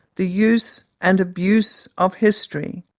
the use and abuse of history.